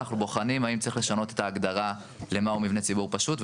אנחנו בוחנים האם צריך לשנות את ההגדרה למהו מבנה ציבור פשוט?